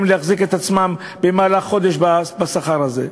להחזיק את עצמן במהלך חודש בשכר הזה.